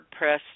wordpress